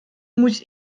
muss